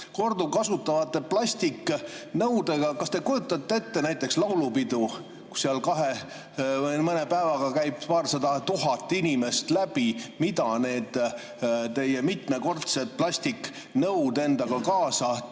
korduvkasutatavate plastiknõudega. Kas te kujutate ette näiteks laulupidu, kust kahe või mõne päevaga käib paarsada tuhat inimest läbi, mida need teie mitmekordsed plastiknõud endaga kaasa toovad?